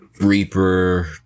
Reaper